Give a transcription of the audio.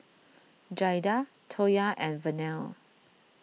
Jaida Toya and Vernelle